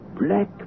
black